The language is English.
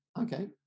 okay